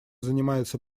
занимается